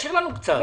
תשאיר לנו קצת.